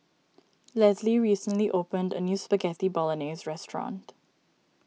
Lesli recently opened a new Spaghetti Bolognese restaurant